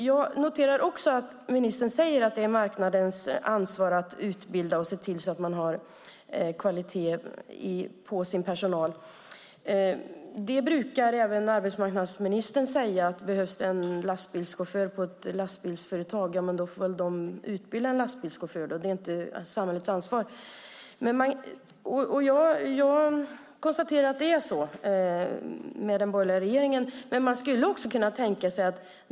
Jag noterar också att ministern säger att det är marknadens ansvar att utbilda och se till att man har personal med kvalitet. Det brukar även arbetsmarknadsministern säga. Om det behövs en lastbilschaufför på ett lastbilsföretag får de väl utbilda lastbilschaufförer. Det är inte samhällets ansvar. Jag konstaterar att det är så med den borgerliga regeringen.